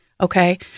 Okay